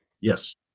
Yes